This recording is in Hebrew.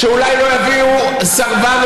שלא יצטרכו גט?